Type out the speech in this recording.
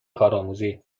کارآموزی